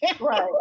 right